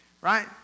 Right